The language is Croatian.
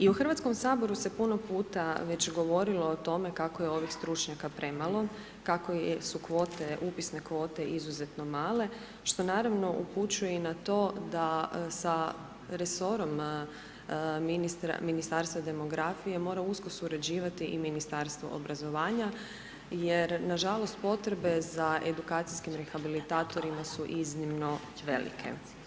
I u Hrvatskom saboru se puno puta već govorilo o tome kako je ovih stručnjaka premalo, kako su kvote, upisne kvote izuzetno male što naravno upućuje i na to da sa resorom Ministarstva demografije mora usko surađivati i Ministarstvo obrazovanja jer nažalost potrebe za edukacijskim rehabilitatorima su iznimno velike.